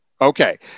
Okay